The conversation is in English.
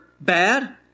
bad